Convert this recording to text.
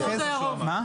אני,